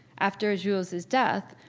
after jules's death,